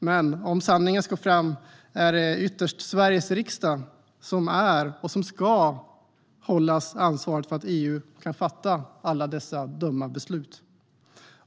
Men om sanningen ska fram är det ytterst Sveriges riksdag som är - och ska hållas - ansvarig för att EU kan fatta alla dessa dumma beslut.